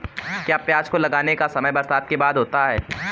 क्या प्याज को लगाने का समय बरसात के बाद होता है?